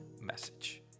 message